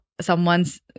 someone's